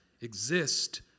exist